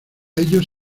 ellos